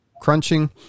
crunching